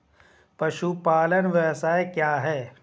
पशुपालन व्यवसाय क्या है?